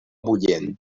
bullent